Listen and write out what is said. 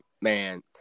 man